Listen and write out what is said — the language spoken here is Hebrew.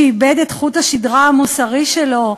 שאיבד את חוט השדרה המוסרי שלו,